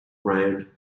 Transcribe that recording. round